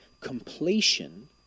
completion